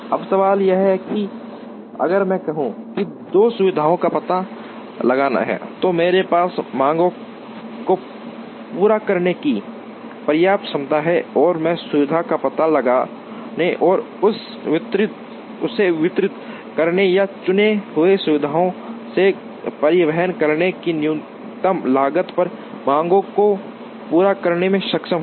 अब सवाल यह है कि अगर मैं कहूं कि 2 सुविधाओं का पता लगाना है तो मेरे पास मांगों को पूरा करने की पर्याप्त क्षमता है और मैं सुविधा का पता लगाने और उसे वितरित करने या चुने हुए सुविधाओं से परिवहन करने की न्यूनतम लागत पर मांगों को पूरा करने में सक्षम हूं